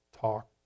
talk